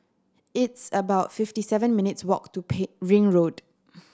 it's about fifty seven minutes' walk to Ring Road